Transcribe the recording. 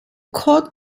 court